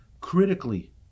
critically